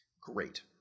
great